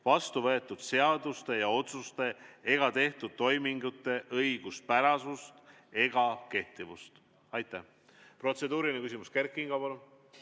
vastuvõetud seaduste ja otsuste ega tehtud toimingute õiguspärasust ega kehtivust."